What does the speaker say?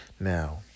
now